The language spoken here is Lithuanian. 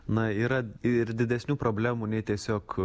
na yra ir didesnių problemų nei tiesiog